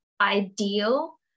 ideal